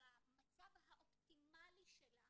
במצב האופטימלי שלה